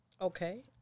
Okay